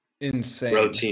insane